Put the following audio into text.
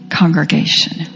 congregation